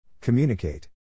Communicate